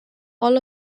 all